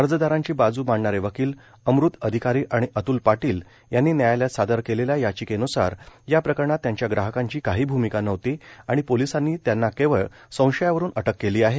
अर्जदारांची बाजू मांडणारे वकिल अमृत अधिकारी आणि अतूल पाटील यांनी न्यायालयात सादर केलेल्या याचिकेन्सार या प्रकरणात त्यांच्या ग्राहकांची काही भूमिका नव्हती आणि पोलिसांनी त्यांना केवळ संशयावरून अटक केली आहे